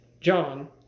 John